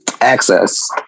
access